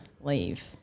leave